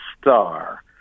star